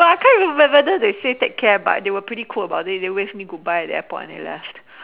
but I can't even remember whether they say take care bye they were pretty cool about it they waved me goodbye at the airport and they left